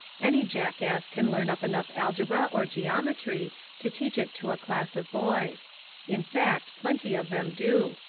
any jackass can learn up enough algebra or geometry to teach it to a class of boys in fact plenty of them do.